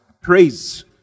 praise